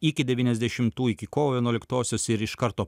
iki devyniasdešimtųjų iki kovo vienuoliktosios ir iš karto